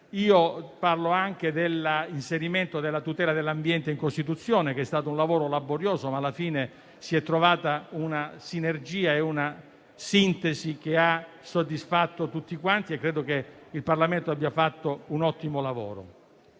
citare anche l'inserimento della tutela dell'ambiente in Costituzione, che è stato un lavoro laborioso, ma al cui termine si sono trovate una sinergia e una sintesi che hanno soddisfatto tutti e credo che il Parlamento abbia fatto un ottimo lavoro.